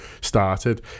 started